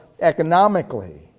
economically